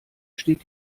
steht